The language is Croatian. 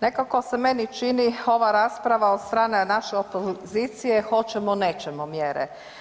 nekako se meni čini ova rasprava od strane naše opozicije hoćemo nećemo mjere.